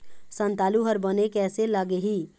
संतालु हर बने कैसे लागिही?